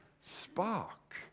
spark